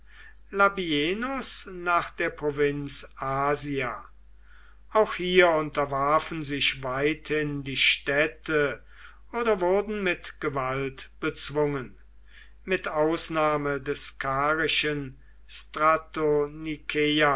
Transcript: labienus nach der provinz asia auch hier unterwarfen sich weithin die städte oder wurden mit gewalt bezwungen mit ausnahme des